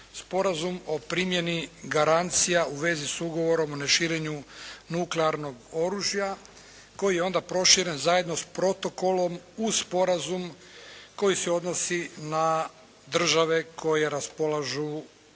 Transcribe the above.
Sporazum o primjeni garancija u vezi s Ugovorom o neširenju nuklearnog oružja koji je onda proširen zajedno s protokolom uz sporazum koji se odnosi na države koje raspolažu